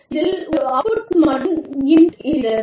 இதில் ஒரு அவுட்புட் மற்றும் இன்புட் இருக்கிறது